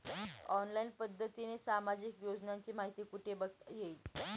Online पद्धतीने सामाजिक योजनांची माहिती कुठे बघता येईल?